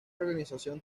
organización